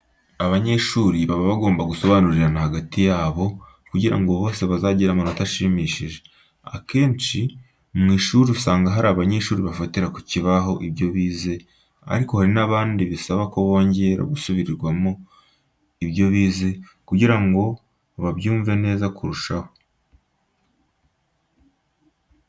Abanyeshuri baba bagomba gusobanurirana hagati yabo, kugira ngo bose bazagire amanota ashimishije. Akenshi mu ishuri usanga hari abanyeshuri bafatira ku kibaho ibyo bize ariko hari n'abandi bisaba ko bongera gusubirirwamo ibyo bize kugira ngo babyumve neza kurushaho.